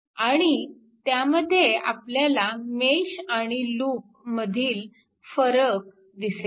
आणि त्यामध्ये आपल्याला मेश आणि लूप मधील फरक दिसेल